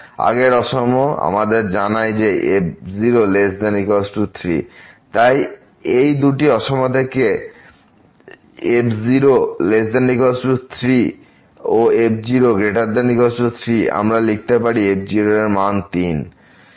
আগের অসম আমাদের জানায় যে f03 তাই এই দুটি অসম থেকে f0≤ 3 ও f0 3 আমরা লিখতে পারি f এর মান 3